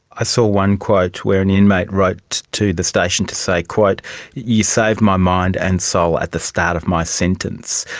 i saw one quote where an inmate wrote to the station to say, you saved my mind and soul at the start of my sentence.